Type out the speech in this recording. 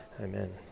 Amen